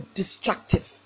destructive